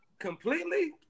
completely